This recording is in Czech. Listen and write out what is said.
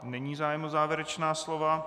Není zájem o závěrečná slova.